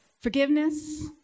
forgiveness